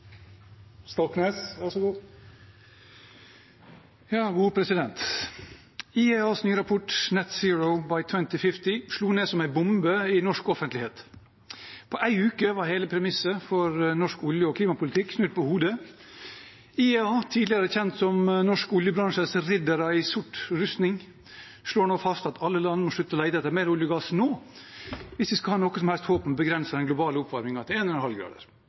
IEAs nye rapport, Net Zero by 2050, slo ned som en bombe i norsk offentlighet. På en uke var hele premisset for norsk olje- og klimapolitikk snudd på hodet. IEA, tidligere kjent som norsk oljebransjes riddere i sort rustning, slår nå fast at alle land må slutte å lete etter mer olje og gass nå, hvis vi skal ha noe som helst håp om å begrense den globale oppvarmingen til